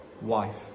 wife